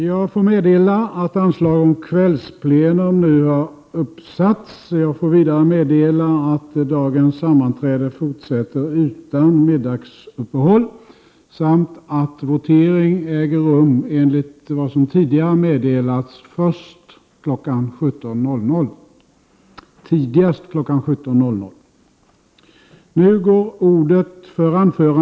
Jag får meddela att anslag nu har satts upp om att detta sammanträde skall fortsätta efter kl. 19.00. Vidare får jag meddela att dagens sammanträde fortsätter utan middagsuppehåll samt att voteringen äger rum, enligt vad som tidigare har meddelats, tidigast kl. 17.00.